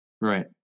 Right